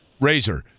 Razor